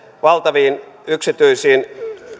valtaviin yksityisiin